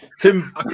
Tim